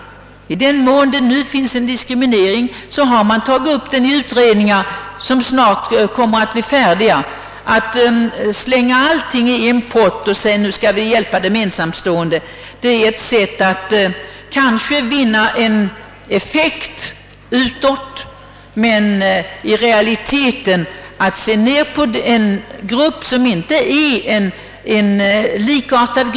I den mån det förekommer en diskriminering har man tagit upp den i en utredning som snart kommer att bli färdig. Att slänga allting i en pott och säga att nu skall vi hjälpa de ensamstående är kanske ett sätt att vinna effekt utåt, men i realiteten innebär det att man ser ned på en grupp som inte är likartad.